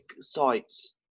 sites